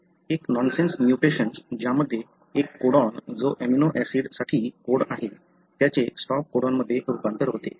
एक nonsense mutation ज्यामध्ये एक कोडॉन जो एमिनो ऍसिडसाठी कोड आहे त्याचे स्टॉप कोडॉनमध्ये रूपांतर होते